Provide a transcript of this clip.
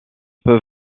peut